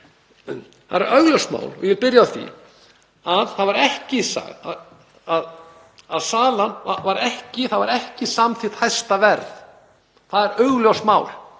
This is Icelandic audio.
Það er augljóst mál og ég vil byrja á því að það var ekki samþykkt hæsta verð. Það er augljóst mál